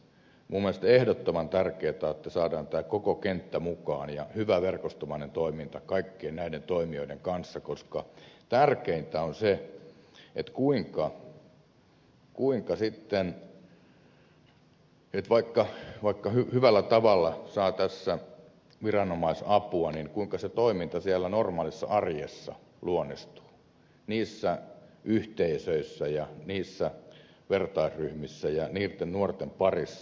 minun mielestäni ehdottoman tärkeätä on että saadaan tämä koko kenttä mukaan ja hyvä verkostomainen toiminta kaikkien näiden toimijoiden kanssa koska tärkeintä on vaikka hyvällä tavalla saa tässä viranomaisapua kuinka se toiminta siellä normaalissa arjessa luonnistuu niissä yhteisöissä ja vertaisryhmissä ja nuorten parissa